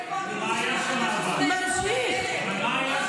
איפה הגינוי שלך, נורא ואיום.